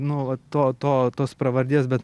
nu va to to tos pravardės bet